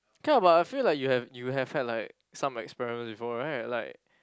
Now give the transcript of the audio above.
okay lah but I feel like you have you have had like some experiments before right like